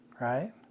Right